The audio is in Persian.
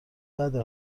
بده